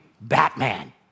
Batman